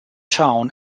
town